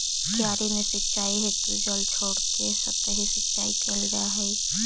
क्यारी में सिंचाई हेतु जल छोड़के सतही सिंचाई कैल जा हइ